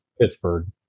Pittsburgh